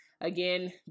again